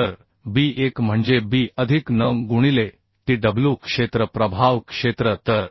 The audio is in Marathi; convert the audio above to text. तर b1 म्हणजे b अधिक n गुणिले tw क्षेत्र प्रभाव क्षेत्र तर